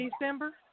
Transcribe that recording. December